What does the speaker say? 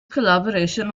collaboration